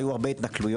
היו הרבה התנכלויות,